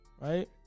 right